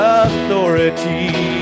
authority